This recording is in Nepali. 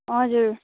हजुर